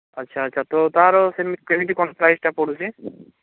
ଆଚ୍ଛା ଆଚ୍ଛା ତ ତାର କେମିତି କ'ଣ ପ୍ରାଇସ୍ଟା ପଡ଼ୁଛି